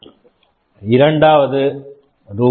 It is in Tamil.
20000 இரண்டாவது ரூ